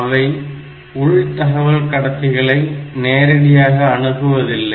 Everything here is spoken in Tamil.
அவை உள் தகவல் கடத்திகளை நேரடியாக அணுகுவதில்லை